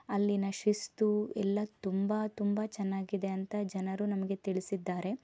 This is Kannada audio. ಅಲ್ಲಿನ ಶಿಸ್ತು ಎಲ್ಲ ತುಂಬ ತುಂಬ ಚೆನ್ನಾಗಿದೆ ಅಂತ ಜನರು ನಮಗೆ ತಿಳಿಸಿದ್ದಾರೆ